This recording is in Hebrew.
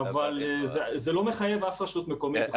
אבל זה לא מחייב שום רשות מקומית.